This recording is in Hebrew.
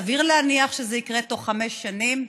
וסביר להניח שזה יקרה תוך חמש שנים,